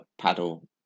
paddle